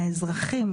האזרחים,